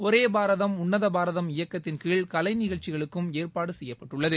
ஒரே பாரதம் உன்னத பாரதம் இயக்கத்தின்கீழ் கலைநிகழ்ச்சிக்கும் ஏற்பாடு செய்யப்ட்டுள்ளது